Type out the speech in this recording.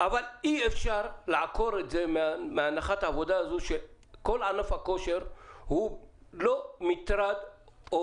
אבל אי אפשר להתעלם מזה שכל ענף הכושר הוא לא מטרד או